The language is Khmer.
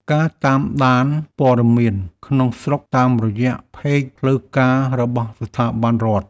ការតាមដានព័ត៌មានក្នុងស្រុកតាមរយៈផេកផ្លូវការរបស់ស្ថាប័នរដ្ឋ។